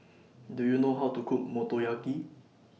Do YOU know How to Cook Motoyaki